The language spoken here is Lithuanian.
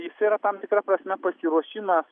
jisai yra tam tikra prasme pasiruošimas